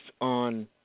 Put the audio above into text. on